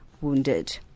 wounded